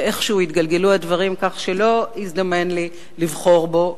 ואיכשהו התגלגלו הדברים כך שלא הזדמן לי לבחור בו,